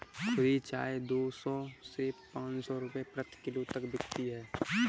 खुली चाय दो सौ से पांच सौ रूपये प्रति किलो तक बिकती है